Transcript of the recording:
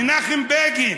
מנחם בגין